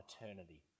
eternity